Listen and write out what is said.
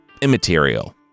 immaterial